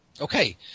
Okay